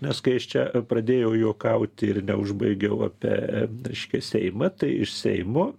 nes kai aš čia pradėjau juokauti ir neužbaigiau apie reiškia seimą tai iš seimo